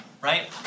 right